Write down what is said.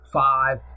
five